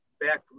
back